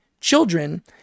children